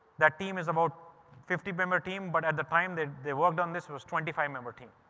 that team is about fifty member team, but at the time that they worked on this was twenty five member team.